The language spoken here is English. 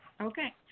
okay